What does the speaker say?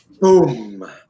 Boom